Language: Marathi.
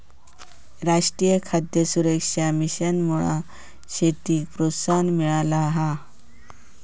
राष्ट्रीय खाद्य सुरक्षा मिशनमुळा शेतीक प्रोत्साहन मिळाला हा